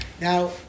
Now